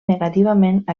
negativament